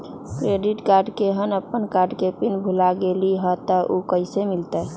Credit card केहन अपन card के पिन भुला गेलि ह त उ कईसे मिलत?